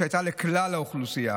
שהייתה לכלל האוכלוסייה,